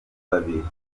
babiri